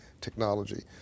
technology